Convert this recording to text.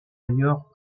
ailleurs